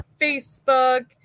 Facebook